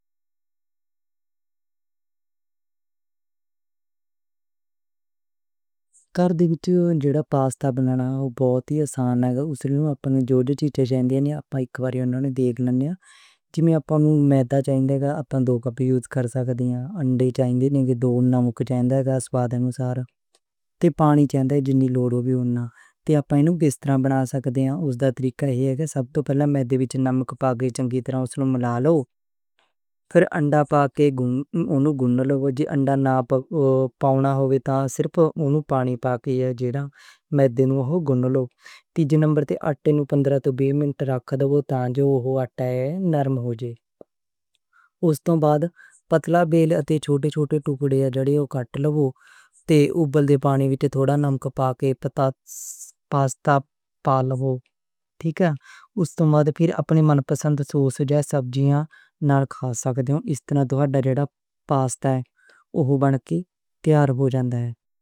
گھر دے وچ جیڑا پاستا بننا او بہت آسان ہے۔ اُس نوں آپاں نوں جو جو چیزاں چاہیدیاں نیں، آپاں اک وری ویکھ لیندے، جیوے آپاں نوں میدہ چاہیدا، آپاں دو کپ یوز کر سکدے، انڈے چاہیدے دو، نمک چاہیدا سُواد انسار تے پانی چاہیدا جنی لوڑ ہووے اوہناں۔ تے آپاں اس طرح بنا سکدے ہاں، اوہدا طریقہ ایہی ہے کہ سب توں پہلا میدے وچ نمک پاء کے اس نوں چنگی طرح ملا لو، بعد وچ انڈہ پا کے اوہنوں گوندھن لئی جے انڈہ نال پاؤنا ہووے تاں صرف انوں پانی پاؤ، جیدا مَین توں اوہو گوندھنا۔ تیجے نمبر تے آٹے نوں پندرہ توں بی منٹ رکھ دو تاں جو اوہ آٹا اے اوہ نرم ہو جاوے۔ اُس توں بعد پتلا تے آٹے نوں چھوٹے چھوٹے ٹکڑیاں دیاں جھاڑیاں کٹ لو تے آپاں نوں پانی وچ نمک پاء کے پاستا پا لو۔ اُس توں بعد پھر اپنے من پسند جے سبزیاں نال کھا سکدے آں۔ اس طرح تے جیڑا پاستا ہو کے تیار ہو جاندا ہے۔